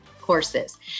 Courses